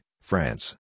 France